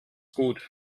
gut